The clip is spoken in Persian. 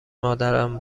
مادرم